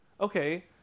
okay